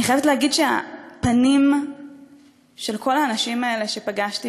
אני חייבת להגיד שהפנים של כל האנשים האלה שפגשתי,